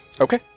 Okay